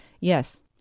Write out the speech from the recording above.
Yes